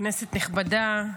כנסת נכבדה,